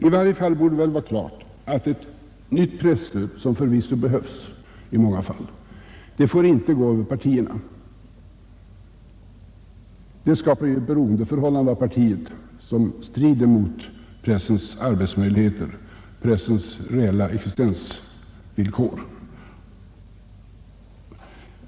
I varje fall borde det vara klart att ett nytt presstöd, som förvisso behövs i många fall, inte får gå över partierna. Det skapar ett beroendeförhållande till partierna, som strider mot pressens arbetsmöjligheter och reella existensvillkor.